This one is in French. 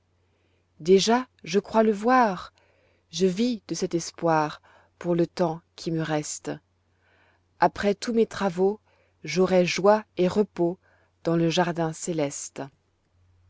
déjà je crois le voir je vis de cet espoir pour le temps qui me reste après tous mes travaux j'aurai joie et repos dans le jardin céleste